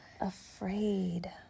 afraid